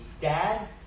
Dad